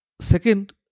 second